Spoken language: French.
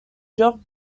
genre